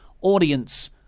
Audience